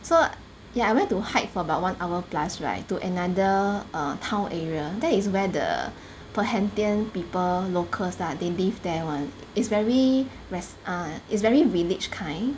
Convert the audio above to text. so yeah I went to hike for about one hour plus right to another err town area that is where the perhentian people locals lah they live there [one] is very res~ err it's very village kind